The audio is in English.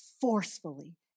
forcefully